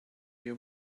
you